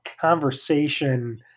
conversation